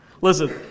Listen